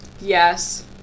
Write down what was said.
Yes